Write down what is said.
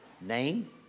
name